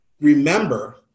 remember